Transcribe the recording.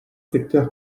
secteurs